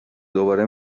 دوباره